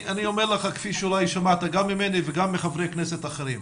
אני אומר לך כפי שאולי שמעת גם ממני וגם מחברי כנסת אחרים.